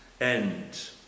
end